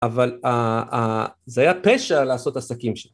אבל אה... אה.. זה היה פשע לעשות עסקים ש...